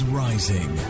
rising